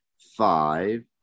five